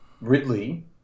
Ridley